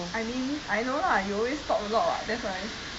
I mean I know lah you always talk a lot [what] that's why